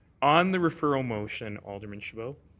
on the referral motion, alderman chabot.